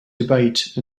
debate